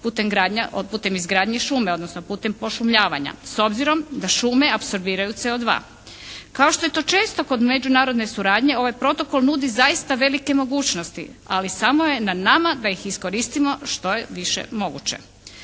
putem izgradnje šume, odnosno putem pošumljavanja s obzirom da šume apsorbiraju CO2. Kao što je to često kod međunarodne suradnje ovaj protokol nudi zaista velike mogućnosti, ali samo je na nama da ih iskoristimo što je više moguće.